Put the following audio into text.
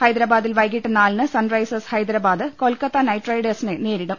ഹൈദരബാദിൽ വൈകിട്ട് നാലിന് സൺറൈസേഴ്സ് ഹൈദരബാദ് കൊൽക്കത്ത നൈറ്റ്റൈഡേഴ്സിനെ നേരിടും